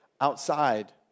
outside